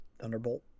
Thunderbolt